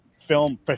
film